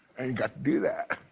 and got to do that!